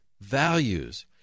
values